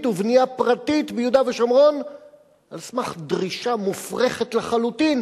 ובנייה פרטית ביהודה ושומרון על סמך דרישה מופרכת לחלוטין,